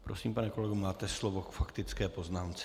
Prosím, pane kolego, máte slovo k faktické poznámce.